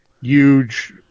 huge